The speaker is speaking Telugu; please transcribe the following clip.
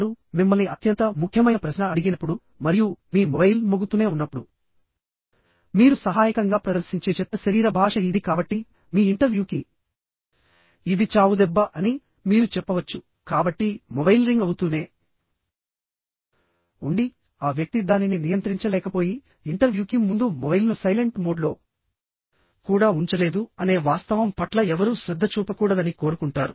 వారు మిమ్మల్ని అత్యంత ముఖ్యమైన ప్రశ్న అడిగినప్పుడు మరియు మీ మొబైల్ మోగుతూనే ఉన్నప్పుడు మీరు సహాయకంగా ప్రదర్శించే చెత్త శరీర భాష ఇది కాబట్టి మీ ఇంటర్వ్యూకి ఇది చావుదెబ్బ అని మీరు చెప్పవచ్చు కాబట్టి మొబైల్ రింగ్ అవుతూనే ఉండి ఆ వ్యక్తి దానిని నియంత్రించలేకపోయి ఇంటర్వ్యూకి ముందు మొబైల్ను సైలెంట్ మోడ్లో కూడా ఉంచలేదు అనే వాస్తవం పట్ల ఎవరూ శ్రద్ధ చూపకూడదని కోరుకుంటారు